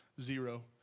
zero